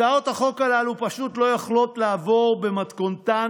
הצעות החוק הללו פשוט לא יכולות לעבור במתכונתן